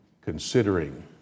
considering